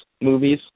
movies